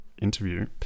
interview